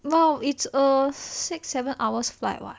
!wow! it's err six seven hours flight [what]